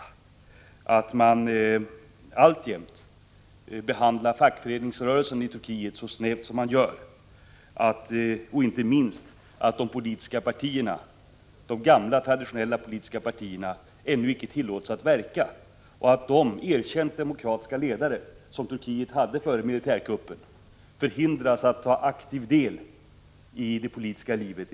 Det är otillfredsställande att man alltjämt behandlar fackföreningsrörelsen så snävt som man gör, inte minst att de gamla, traditionella politiska partierna ännu icke tillåts att verka och att de erkänt demokratiska ledarna från tiden före militärkuppen förhindras att ta aktiv del i det politiska livet.